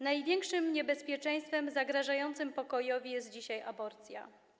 Największym niebezpieczeństwem zagrażającym pokojowi jest dzisiaj aborcja.